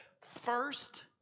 first